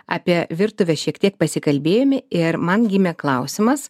apie virtuvę šiek tiek pasikalbėjome ir man gimė klausimas